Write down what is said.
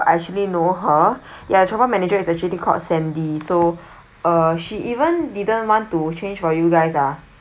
I actually know her ya chong pang manager is actually called sandy so she even didn't want to change for you guys ah